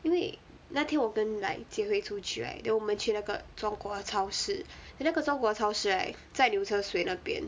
因为那天我跟 like jie hui 出去 right then 我们去那个中国超市 then 那个中国超市 right 在牛车水那边